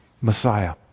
Messiah